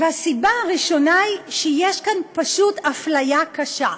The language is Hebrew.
הסיבה הראשונה היא שיש כאן פשוט אפליה קשה.